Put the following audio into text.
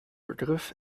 begriff